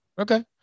Okay